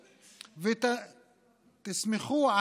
ותסמכו.